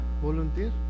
Volunteer